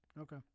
Okay